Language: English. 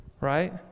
right